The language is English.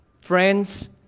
Friends